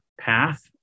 path